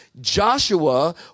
Joshua